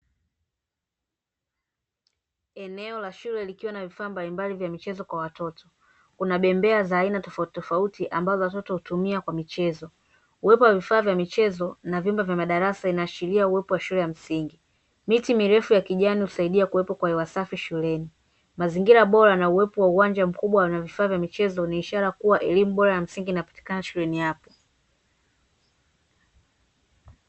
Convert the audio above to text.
Eneo la shule likiwa na vifaa mbalimbali vya michezo kwa watoto. Kuna bembea za aina tofauti tofauti ambazo watoto hutumia kwa michezo. Uwepo wa vifaa vya michezo na vyumba vya madarasa inaashiria uwepo wa shule ya msingi. Miti mirefu ya kijani husaidia kuwepo kwa hewa safi shuleni. Mazingira bora na uwepo wa uwanja mkubwa na vifaa vya michezo ni ishara kuwa elimu bora ya msingi inapatikana shuleni hapo.